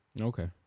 Okay